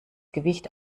gewicht